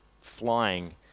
flying